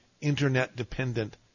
Internet-dependent